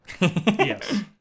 Yes